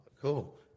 cool